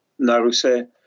Naruse